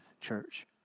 church